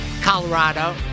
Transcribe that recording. Colorado